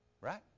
Right